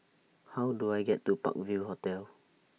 How Do I get to Park View Hotel